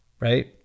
right